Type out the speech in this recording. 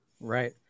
right